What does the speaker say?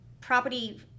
property